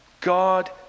God